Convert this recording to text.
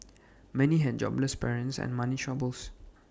many had jobless parents and money troubles